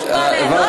מה התשובה עליהן?